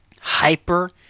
hyper